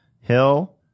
Hill